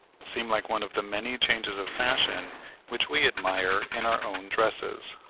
seem like one of the many changes of fashion which we admire in our own dresses.